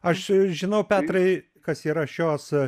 aš žinau petrai kas yra šios a